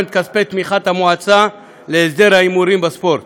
כספי תמיכת המועצה להסדר ההימורים בספורט.